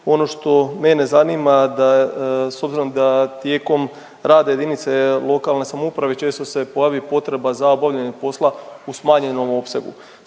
Ono što mene zanima s obzirom da tijekom rada jedinice lokalne samouprave često se pojavi potreba za obavljanje posla u smanjenom opsegu.